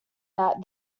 that